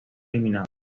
eliminado